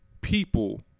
people